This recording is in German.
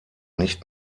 nicht